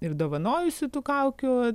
ir dovanojusi tų kaukių